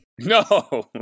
No